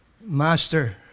Master